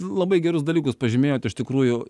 labai gerus dalykus pažymėjot iš tikrųjų